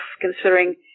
considering